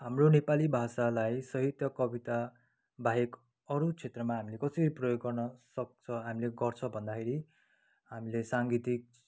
हाम्रो नेपाली भाषालाई साहित्य कविताबाहेक अरू क्षेत्रमा हामीले कसरी प्रयोग गर्नसक्छ हामीले गर्छ भन्दाखेरि हामीले साङ्गीतिक